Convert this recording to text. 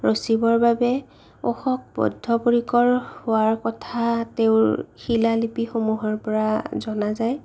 ৰচিবৰ বাবে অশোক বদ্ধপৰিকৰ হোৱাৰ কথা তেওঁৰ শিলালিপি সমূহৰ পৰা জনা যায়